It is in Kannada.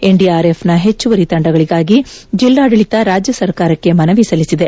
ಎನ್ಡಿಆರ್ಎಫ್ನ ಹೆಚ್ಚುವರಿ ತಂಡಗಳಿಗಾಗಿ ಜಿಲ್ಲಾಡಳಿತ ರಾಜ್ಯ ಸರ್ಕಾರಕ್ಕೆ ಮನವಿ ಸಲ್ಲಿಸಿದೆ